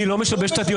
אני לא משבש את הדיון.